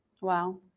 Wow